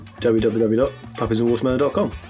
www.puppiesandwatermelon.com